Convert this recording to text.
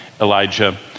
Elijah